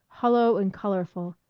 hollow and colorful,